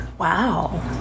Wow